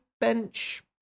bench